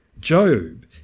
Job